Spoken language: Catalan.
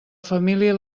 família